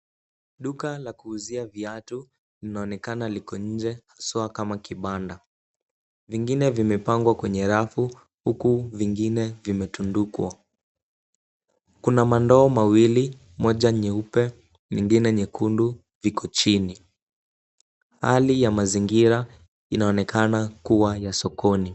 Duka la kuuzia viatu linaonekana liko nje haswa kama kibanda. Vingine vimepangwa kwenye rafu huku vingine vimetundikwa. Kuna mandoo mawili moja nyeupe, lingine nyekundu viko chini. Hali ya mazingira inaonekana kuwa ya sokoni.